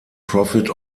profit